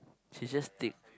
she is just thick